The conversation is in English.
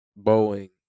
Boeing